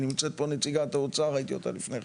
נמצאת פה נציגת האוצר, ראיתי אותה לפני כן.